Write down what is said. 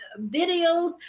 videos